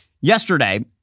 yesterday